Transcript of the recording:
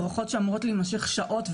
הדרכות שאמורות להימשך שעות,